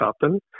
happen